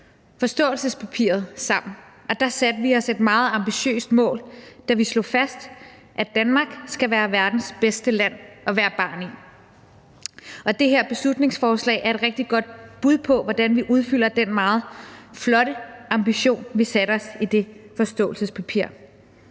forståelsespapiret sammen, og der satte vi os et meget ambitiøst mål, da vi slog fast, at Danmark skal være verdens bedste land at være barn i. Og det her beslutningsforslag er et rigtig godt bud på, hvordan vi udfylder den meget flotte ambition, vi satte os i det forståelsespapir.